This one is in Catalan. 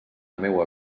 meua